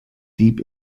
deep